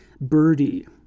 birdie